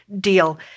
deal